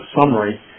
summary